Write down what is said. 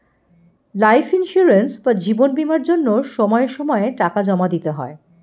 life insurance বা জীবন বীমার জন্য সময় সময়ে টাকা জমা দিতে হয়